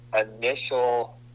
initial